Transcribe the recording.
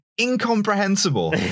Incomprehensible